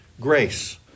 Grace